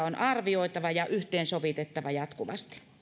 on arvioitava ja yhteensovitettava jatkuvasti